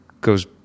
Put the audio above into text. goes